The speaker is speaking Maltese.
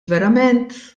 verament